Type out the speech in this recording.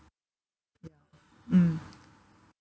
mm